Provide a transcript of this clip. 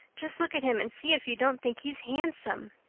just look at him and see if you don't think he's handsome.